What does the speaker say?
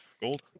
gold